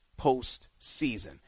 postseason